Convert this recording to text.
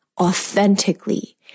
authentically